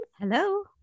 Hello